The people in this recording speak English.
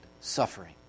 suffering